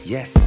Yes